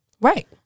Right